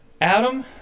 Adam